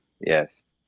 Yes